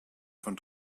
von